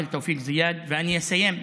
ואני אסיים לך,